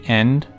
end